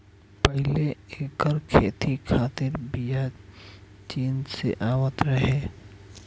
पहिले एकर खेती खातिर बिया चीन से आवत रहे